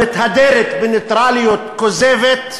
המתהדרת בנייטרליות כוזבת,